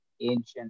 ancient